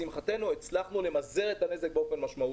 לשמחתנו הצלחנו למזער את הנזק באופן משמעותי.